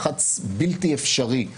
לחץ בלתי אפשרי.